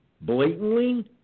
blatantly